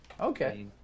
Okay